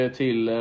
till